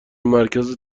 مرکز